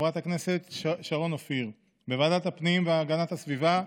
חברת הכנסת שרון אופיר תכהן בוועדת הפנים והגנת הסביבה,